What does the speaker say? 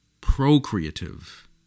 Procreative